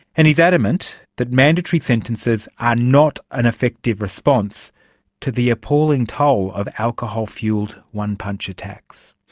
and he's adamant that mandatory sentences are not an effective response to the appalling toll of alcohol fuelled one-punch attacks.